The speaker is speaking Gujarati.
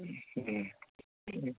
હં હં